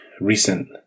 recent